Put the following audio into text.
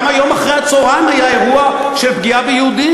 גם היום אחר הצהריים היה אירוע של פגיעה ביהודים.